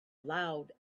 loud